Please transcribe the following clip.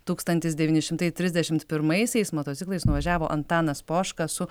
tūkstantis devyni šimtai trisdešimt pirmaisiais motociklais nuvažiavo antanas poška su